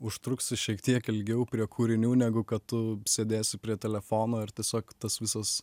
užtruksi šiek tiek ilgiau prie kūrinių negu kad tu sėdėsi prie telefono ir tiesiog tas visas